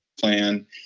plan